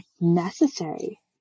necessary